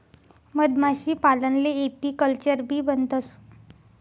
मधमाशीपालनले एपीकल्चरबी म्हणतंस